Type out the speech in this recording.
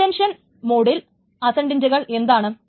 intention മോഡിലെ അസെൻഡന്റുകൾ എന്താണ്